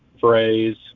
phrase